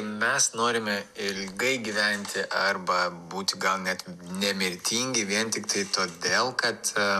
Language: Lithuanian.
mes norime ilgai gyventi arba būti gal net nemirtingi vien tiktai todėl kad